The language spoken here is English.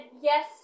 yes